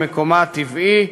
למקומה הטבעי.